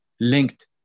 linked